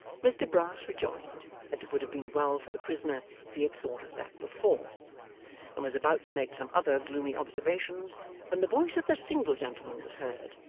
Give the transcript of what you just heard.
mr brass rejoined that it would have been well for the prisoner if he had thought of that before and was about to make some other gloomy observations when the voice of the single gentleman was heard,